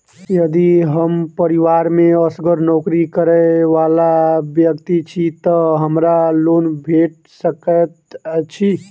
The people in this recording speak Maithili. यदि हम परिवार मे असगर नौकरी करै वला व्यक्ति छी तऽ हमरा लोन भेट सकैत अछि?